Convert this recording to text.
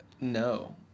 No